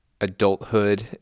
adulthood